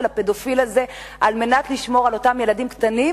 הפדופיל הזה על מנת לשמור על אותם ילדים קטנים,